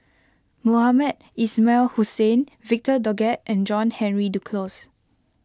Mohamed Ismail Hussain Victor Doggett and John Henry Duclos